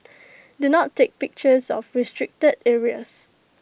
do not take pictures of restricted areas